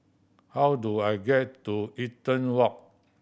how do I get to Eaton Walk